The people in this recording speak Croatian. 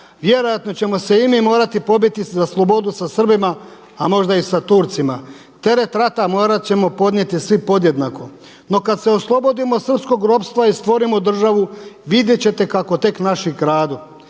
Vjerojatno ćemo se i mi morati pobiti za slobodu sa Srbima, a možda i sa Turcima. Teret rata morat ćemo podnijeti svi podjednako. No kada se oslobodimo srpskog ropstva i stvorimo državu, vidjet ćete kako tek naši kradu.